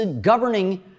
governing